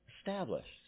established